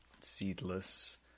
seedless